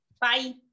bye